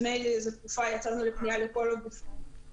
תקופה מסוימת יצאנו בפנייה לכל הגופים